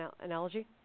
analogy